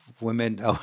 women